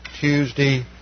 Tuesday